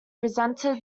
resented